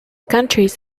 countries